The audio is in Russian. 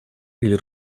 или